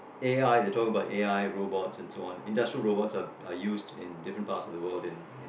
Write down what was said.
A_I they talking about A_I robots and so on industrial robots are are used in different parts of the world in in